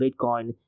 Bitcoin